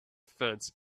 fence